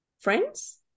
friends